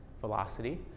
velocity